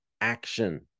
action